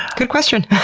good question.